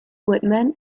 whitman